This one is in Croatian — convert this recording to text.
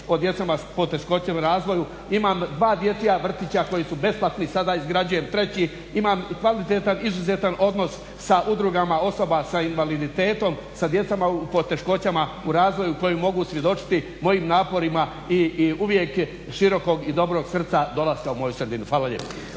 o djeci sa poteškoćama u razvoju, imam 2 dječja vrtića koji su besplatni, sada izgrađujem 3, imam i kvalitetan, izuzetan odnos sa udrugama osoba sa invaliditetom, sa djecom u poteškoćama u razvoju koji mogu svjedočiti mojim naporima i uvijek širokog i dobrog srca dolaska u moju sredinu. Hvala lijepo.